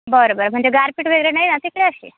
बरं बरं म्हणजे गारपीट वगैरे नाही ना तिकडे अशी